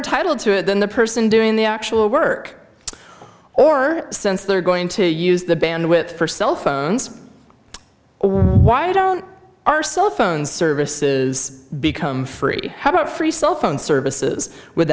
entitled to it than the person doing the actual work or since they're going to use the bandwidth for cell phones why don't our cell phone services become free how about free cell phone services